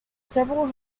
several